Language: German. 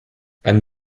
einen